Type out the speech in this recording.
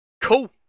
cool